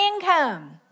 income